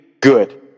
good